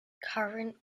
current